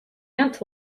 ant